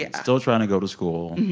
yeah still trying to go to school,